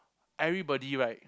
everybody right